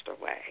away